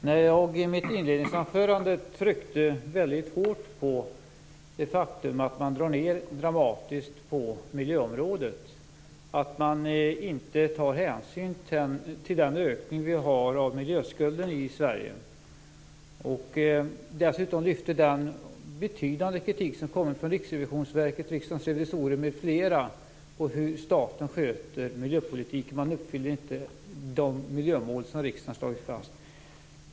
Herr talman! I mitt inledningsanförande tryckte jag väldigt hårt på det faktum att man dramatiskt drar ned på miljöområdet och att man inte tar hänsyn till den ökning som vi har av miljöskulden i Sverige. Dessutom lyfte jag fram den betydande kritik som kommit från Riksrevisionsverket, Riksdagens revisorer m.fl. mot hur staten sköter miljöpolitiken. Man uppfyller inte de miljömål som riksdagen har slagit fast.